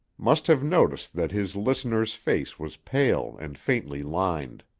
must have noticed that his listener's face was pale and faintly lined.